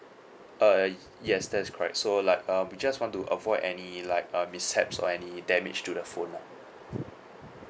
uh yes that is correct so like um we just want to avoid any like um mishaps or any damage to the phone lah